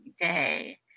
day